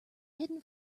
hidden